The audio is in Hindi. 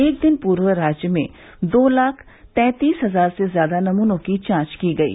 एक दिन पूर्व राज्य में दो लाख तैंतीस हजार से ज्यादा नमूनों की जांच की गयी